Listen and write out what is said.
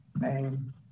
name